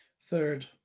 Third